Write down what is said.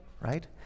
right